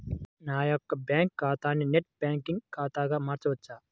నా యొక్క బ్యాంకు ఖాతాని నెట్ బ్యాంకింగ్ ఖాతాగా మార్చవచ్చా?